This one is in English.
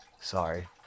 sorry